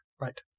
Right